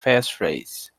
passphrase